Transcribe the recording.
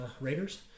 Raiders